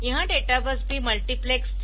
यह data bus भी multiplex थी